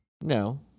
No